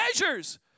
measures